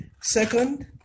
Second